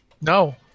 No